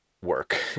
work